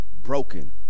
broken